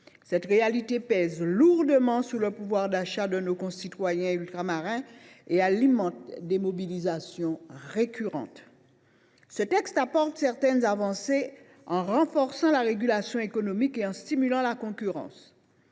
Cette réalité pèse lourdement sur le pouvoir d’achat de nos concitoyens ultramarins et alimente des mobilisations récurrentes. Ce texte apporte certaines avancées, en renforçant la régulation économique et en stimulant la concurrence,